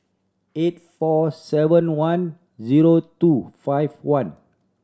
eight four seven one zero two five one